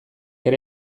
ere